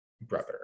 brother